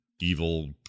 evil